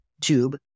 tube